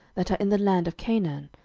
that are in the land of canaan,